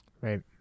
Right